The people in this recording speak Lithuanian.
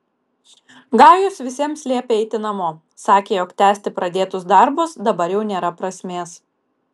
gajus visiems liepė eiti namo sakė jog tęsti pradėtus darbus dabar jau nėra prasmės